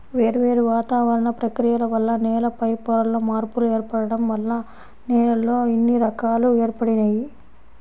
వేర్వేరు వాతావరణ ప్రక్రియల వల్ల నేల పైపొరల్లో మార్పులు ఏర్పడటం వల్ల నేలల్లో ఇన్ని రకాలు ఏర్పడినియ్యి